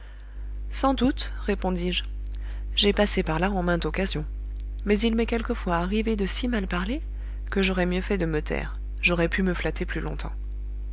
sans doute répondis-je j'ai passé par là en mainte occasion mais il m'est quelquefois arrivé de si mal parler que j'aurais mieux fait de me taire j'aurais pu me flatter plus longtemps